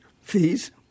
fees